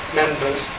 members